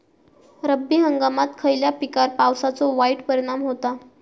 रब्बी हंगामात खयल्या पिकार पावसाचो वाईट परिणाम होता?